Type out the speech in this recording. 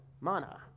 mana